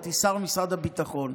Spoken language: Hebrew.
הייתי שר במשרד הביטחון.